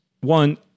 one